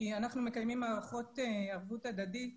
כי אנחנו מקיימים הערכות ערבות הדדית